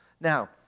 Now